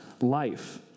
life